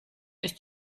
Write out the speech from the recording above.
ist